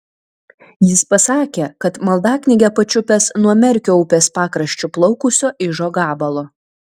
jis pasakė kad maldaknygę pačiupęs nuo merkio upės pakraščiu plaukusio ižo gabalo